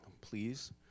Please